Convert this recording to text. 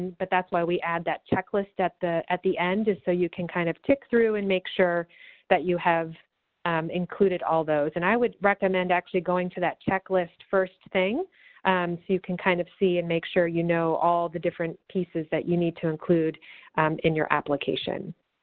but that's why we add that checklist at the at the end is just so you can kind of tick through and make sure that you have included all those. and i would recommend actually going to that checklist first thing, and so you can, kind of see, and make sure you know all the different cases that you need to include and in your application.